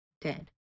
dead